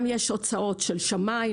יש גם הוצאות של שמאי,